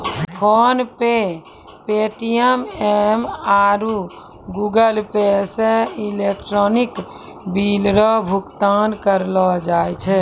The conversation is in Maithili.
फोनपे पे.टी.एम आरु गूगलपे से इलेक्ट्रॉनिक बिल रो भुगतान करलो जाय छै